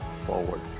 forward